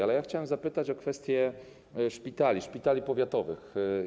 Ale ja chciałem zapytać o kwestie szpitali, szpitali powiatowych.